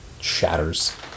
shatters